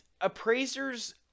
Appraisers